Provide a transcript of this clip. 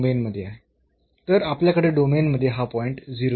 तर आपल्याकडे डोमेन मध्ये हा पॉईंट आहे